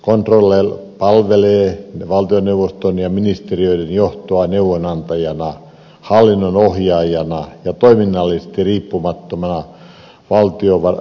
controller palvelee valtioneuvoston ja ministeriöiden johtoa neuvonantajana hallinnon ohjaajana ja toiminnallisesti riippumattomana valvontaviranomaisena